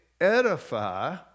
edify